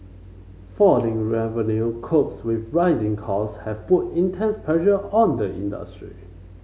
falling revenue couples with rising cost have put intense pressure on the industry